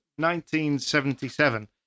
1977